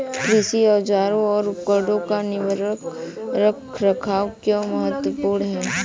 कृषि औजारों और उपकरणों का निवारक रख रखाव क्यों महत्वपूर्ण है?